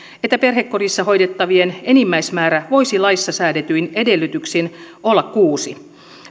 että perhekodissa hoidettavien enimmäismäärä voisi laissa säädetyin edellytyksin olla kuusi